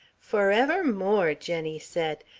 forevermore! jenny said,